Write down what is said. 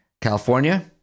California